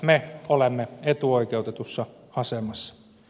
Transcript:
me olemme etuoikeutetussa asemassa